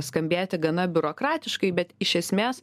skambėti gana biurokratiškai bet iš esmės